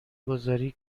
گذاری